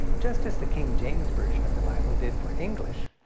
just as the king james version of the bible did for english,